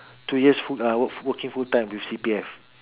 two years full uh work working full time with C_P_F